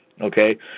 Okay